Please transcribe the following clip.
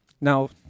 Now